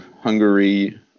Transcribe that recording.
Hungary